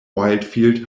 whitefield